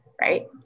right